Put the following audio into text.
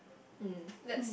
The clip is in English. um lets